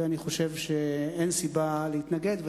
ואני חושב שאין סיבה להתנגד.